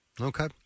okay